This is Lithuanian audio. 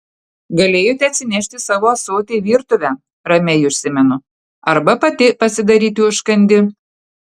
galėjote atsinešti savo ąsotį į virtuvę ramiai užsimenu arba pati pasidaryti užkandį